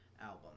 album